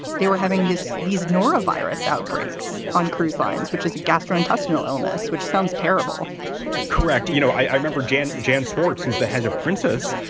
they were having this these norovirus outbreaks on cruise lines, which is a gastrointestinal illness, which sounds terrible correct. you know, i remember jan jan swarts, who's the head of princess,